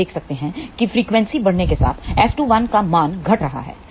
आप देख सकते हैं कि फ्रीक्वेंसी बढ़ने के साथ S21 का मान घट रहा है